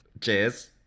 Cheers